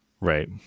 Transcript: right